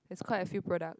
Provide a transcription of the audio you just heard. is quite a few products